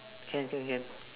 can can can